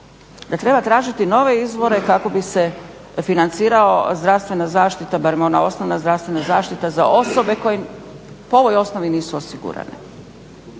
treba tražiti nove izvore kako bi se financirao zdravstvena zaštita barem ona osnovna zdravstvena zaštita za osobe koje po ovoj osnovi nisu osigurane.